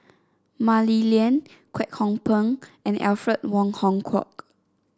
Mah Li Lian Kwek Hong Png and Alfred Wong Hong Kwok